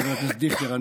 חבר הכנסת דיכטר,